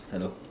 hello